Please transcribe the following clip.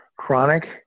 Chronic